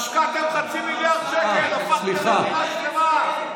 השקעתם חצי מיליארד שקל, הפכתם מדינה שלמה.